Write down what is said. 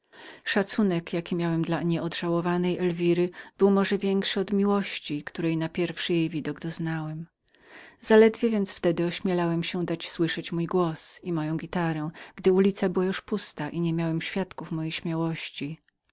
szacunek jaki miałem dla nieodżałowanej elwiry był może większym od miłości której na pierwszy jej widok doznałem zaledwie więc wtedy ośmielałem się dać słyszeć mój głos i moją gitarę gdy ulica była już pustą i niemiałem świadków mojej śmiałości